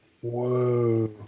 Whoa